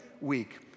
week